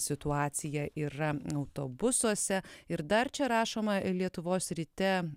situacija yra autobusuose ir dar čia rašoma lietuvos ryte